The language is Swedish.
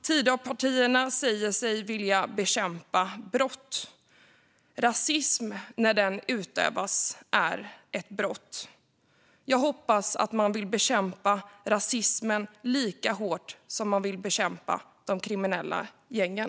Tidöpartierna säger sig vilja bekämpa brott. Rasism när den utövas är ett brott. Jag hoppas att man vill bekämpa rasismen lika hårt som man vill bekämpa de kriminella gängen.